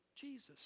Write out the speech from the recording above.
Jesus